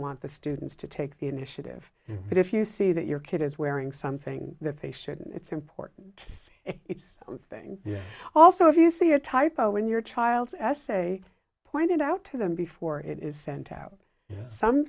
want the students to take the initiative but if you see that your kid is wearing something that they shouldn't it's important it's one thing also if you see a typo in your child's essay pointed out to them before it is sent out some